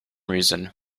reason